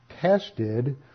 tested